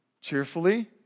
cheerfully